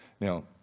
Now